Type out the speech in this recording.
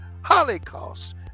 holocaust